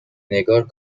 نگار